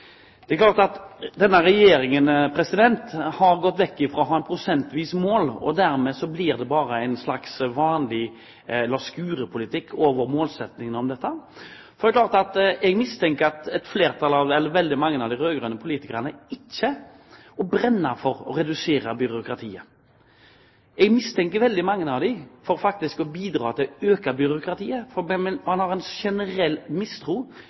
Denne regjeringen har gått bort fra å ha et prosentvis mål, og derfor blir det bare en slags vanlig la skure-politikk over målsettingen for dette. Jeg mistenker at et flertall, eller veldig mange av de rød-grønne politikerne, ikke brenner for å redusere byråkratiet. Jeg mistenker veldig mange av dem for faktisk å bidra til å øke byråkratiet, for man har en generell mistro